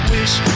Wish